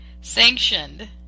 Sanctioned